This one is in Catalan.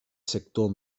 sector